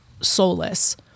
soulless